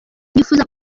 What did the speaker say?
yifuza